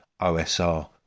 OSR